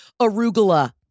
arugula